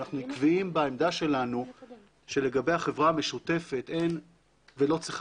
אנחנו עקביים בעמדה שלנו שלגבי החברה המשותפת אין ולא צריך